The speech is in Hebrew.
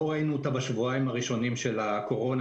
לא ראינו אותה בשבועיים הראשונים של הקורונה,